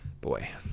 boy